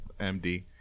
MD